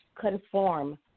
conform